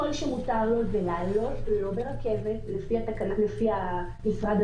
כל שמותר לו זה לא לעלות על רכבת אלא על רכב